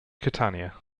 catania